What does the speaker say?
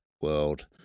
world